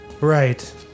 Right